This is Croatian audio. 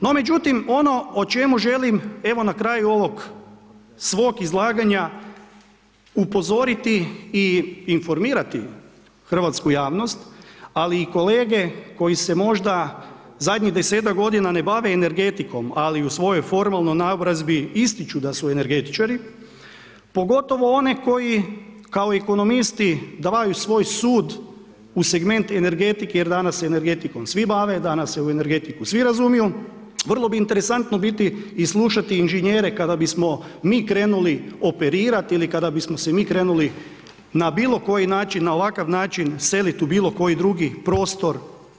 No međutim, ono o čemu želim evo na kraju ovog svog izlaganja upozoriti i informirati hrvatsku javnost, ali i kolege koji se možda zadnjih desetak godina ne bave energetikom, ali u svojoj formalnoj naobrazbi ističu da su energetičari pogotovo one koji kao ekonomisti daju svoj sud u segment energetike jer danas se energetikom svi bave, danas se u energetiku u svi razumiju, vrlo bi interesantno biti ili slušati inženjere kada bismo mi krenuli operirati ili kada bismo se mi krenuli na bilo koji način na ovakav način seliti u bilo koji drugi prostor.